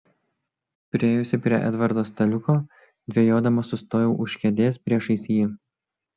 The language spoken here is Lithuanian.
priėjusi prie edvardo staliuko dvejodama sustojau už kėdės priešais jį